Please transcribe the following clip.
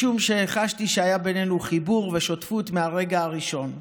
משום שחשתי שהיה בינינו חיבור ושותפות מהרגע הראשון.